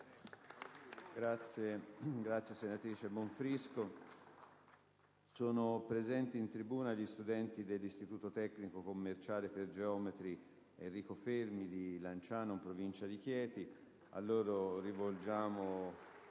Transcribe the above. finestra"). Colleghi, sono presenti in tribuna gli studenti dell'Istituto tecnico commerciale per geometri «Enrico Fermi» di Lanciano, in provincia di Chieti. A loro rivolgiamo